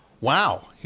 Wow